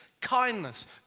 kindness